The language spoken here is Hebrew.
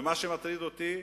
מה שמטריד אותי,